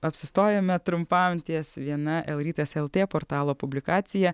apsistojome trumpam ties viena el rytas lt portalo publikacija